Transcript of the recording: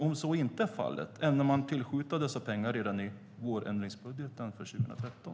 Om så inte är fallet, ämnar man tillskjuta dessa pengar redan i vårändringsbudgeten för 2013?